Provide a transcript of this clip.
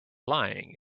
lying